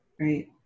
right